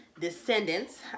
descendants